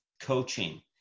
coaching